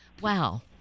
Wow